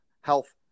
health